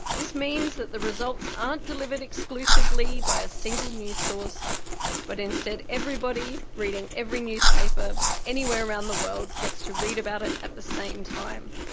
this means that the results aren't delivered exclusively by a single news source but instead everybody reading every newspaper anywhere around the world gets to read about it at the same time.